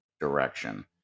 direction